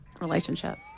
relationship